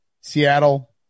Seattle